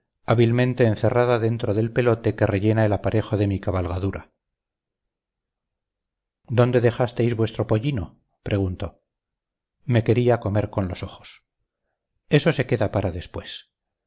hábilmente encerrada dentro del pelote que rellena el aparejo de mi cabalgadura dónde dejasteis vuestro pollino preguntó me quería comer con los ojos eso se queda para después